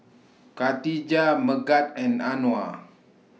Katijah Megat and Anuar